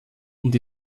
und